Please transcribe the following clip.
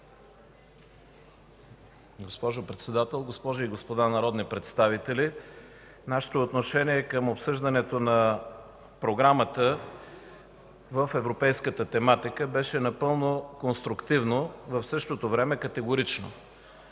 Госпожо Председател, госпожи и господа народни представители! Нашето отношение към обсъждането на Програмата в европейската тематика беше напълно конструктивно, а в същото време – категорично.